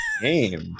game